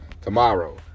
tomorrow